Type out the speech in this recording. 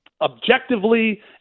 objectively